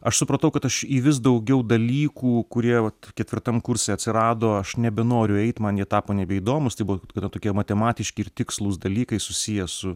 aš supratau kad aš į vis daugiau dalykų kurie vat ketvirtam kurse atsirado aš nebenoriu eit man jie tapo nebeįdomūs tai buvo gana tokie matematiški ir tikslūs dalykai susiję su